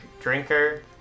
drinker